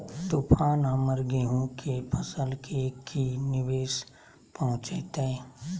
तूफान हमर गेंहू के फसल के की निवेस पहुचैताय?